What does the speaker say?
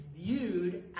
viewed